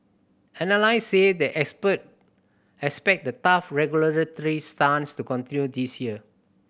analysts say the expert expect the tough regulatory stance to continue this year